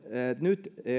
nyt